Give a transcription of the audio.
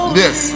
yes